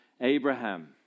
Abraham